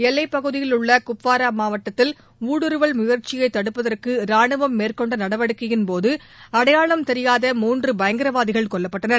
எல்லைப்பகுதியில் உள்ள குப்வாரா மாவட்டத்தில் ஊடுறுவல் முயற்சியை தடுப்பதற்கு ரானுவம் மேற்கொண்ட நடவடிக்கையின்போது அடையாளம் தெரியாத மூன்று பயங்கரவாதிகள் கொல்லப்பட்டனர்